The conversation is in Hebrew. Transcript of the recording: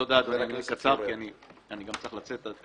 תודה, אני גם צריך לצאת.